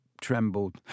trembled